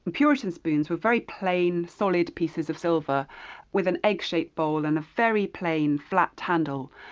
puritan spoons were very plain, solid pieces of silver with an egg-shaped bowl and a very plain flat handle.